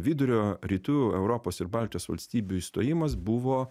vidurio rytų europos ir baltijos valstybių įstojimas buvo